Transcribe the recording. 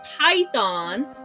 python